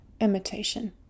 imitation